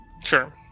Sure